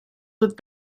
with